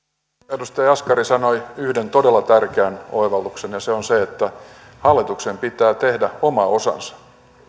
jaskari sanoi yhden todella tärkeän oivalluksen ja se on se että hallituksen pitää tehdä oma osansa